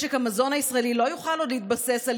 משק המזון הישראלי לא יוכל עוד להתבסס על